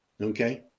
Okay